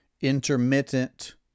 intermittent